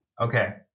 Okay